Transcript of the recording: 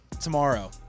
tomorrow